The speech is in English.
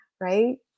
right